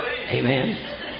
Amen